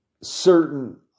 certain